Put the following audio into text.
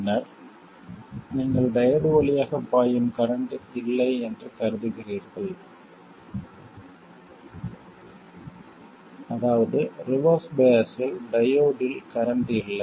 பின்னர் நீங்கள் டையோடு வழியாக பாயும் கரண்ட் இல்லை என்று கருதுகிறீர்கள் அதாவது ரிவர்ஸ் பயாஸில் டயோடில் கரண்ட் இல்லை